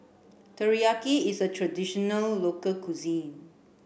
teriyaki is a traditional local cuisine